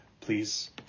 Please